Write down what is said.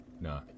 No